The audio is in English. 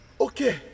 Okay